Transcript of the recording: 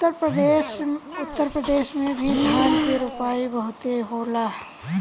उत्तर प्रदेश में भी धान के रोपाई बहुते होला